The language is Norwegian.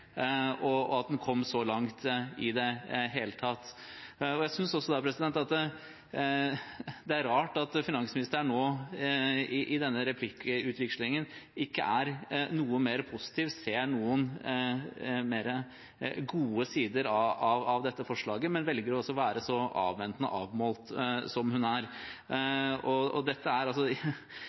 at den kom så langt i det hele tatt. Jeg synes da at det er rart at finansministeren nå i denne replikkvekslingen ikke er mer positiv og ser noen gode sider med dette forslaget, men velger å være så avventende og avmålt som hun er. Dette er